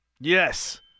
Yes